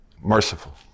merciful